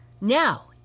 now